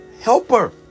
Helper